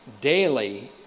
daily